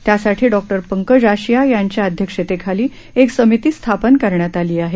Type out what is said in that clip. त्यासाठी डॉ पंकज आशिया यांच्या अध्यक्षतेखाली एक समिती स्थापन करण्यात आली आहे